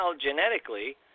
genetically